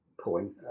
point